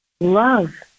Love